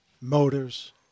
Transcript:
Motors